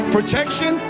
Protection